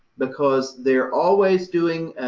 because they're always doing.